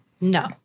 No